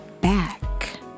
back